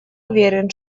уверен